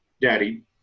daddy